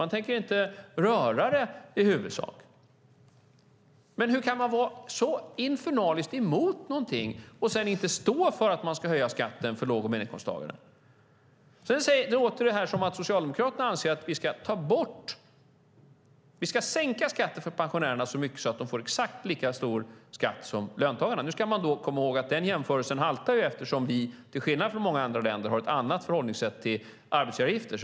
Man tänker i huvudsak inte röra det. Men hur kan man vara så infernaliskt emot någonting och sedan inte stå för att man ska höja skatten för låg och medelinkomsttagare? Nu låter det här som att Socialdemokraterna anser att vi ska sänka skatten för pensionärerna så mycket att de får exakt lika stor skatt som löntagarna. Då ska man komma ihåg att den jämförelsen haltar eftersom vi, i förhållande till många andra länder, har ett annat förhållningssätt till arbetsgivaravgifter.